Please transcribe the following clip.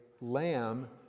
lamb